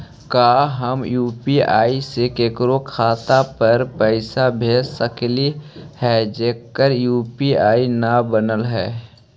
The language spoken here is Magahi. का हम यु.पी.आई से केकरो खाता पर पैसा भेज सकली हे जेकर यु.पी.आई न बनल है?